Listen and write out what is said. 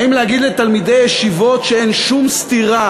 האם להגיד לתלמידי ישיבות שאין שום סתירה